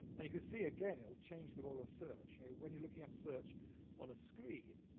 and you can see, again, it will change through all of search. when you're looking up search on a screen,